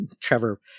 Trevor